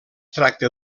tracta